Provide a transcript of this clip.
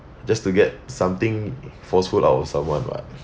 just to get something forceful out of someone [what]